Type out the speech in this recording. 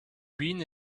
been